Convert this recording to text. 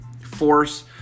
force